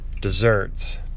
desserts